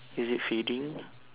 is it fading